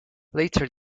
later